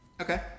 Okay